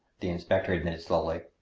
the inspector admitted slowly.